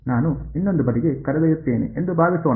ನಾನು ಇನ್ನೊಂದು ಬದಿಗೆ ಕರೆದೊಯ್ಯುತ್ತೇನೆ ಎಂದು ಭಾವಿಸೋಣ